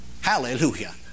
Hallelujah